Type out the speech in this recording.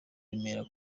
remera